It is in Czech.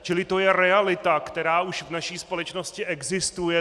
Čili to je realita, která už v naší společnosti existuje.